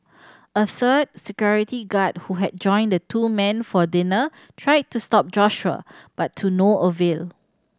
a third security guard who had joined the two men for dinner tried to stop Joshua but to no avail